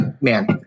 man